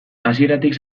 hasieratik